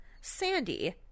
Sandy